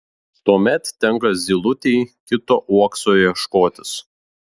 tuomet tenka zylutei kito uokso ieškotis